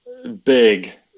Big